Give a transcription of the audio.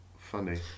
funny